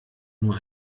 nur